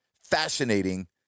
Fascinating